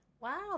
Wow